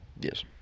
Yes